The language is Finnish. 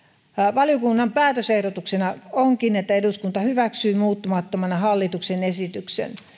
valiokunnan päätösehdotuksena onkin että eduskunta hyväksyy muuttamattomana hallituksen esityksen